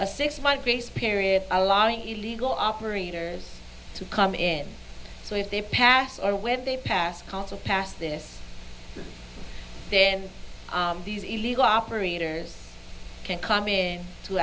a six month grace period allowing illegal operators to come in so if they pass or when they pass council pass this then these illegal operators can come in to